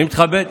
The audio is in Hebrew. שלוש דקות,